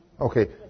Okay